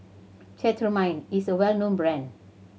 Cetrimide is a well known brand